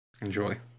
Enjoy